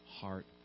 heart